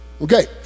okay